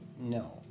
no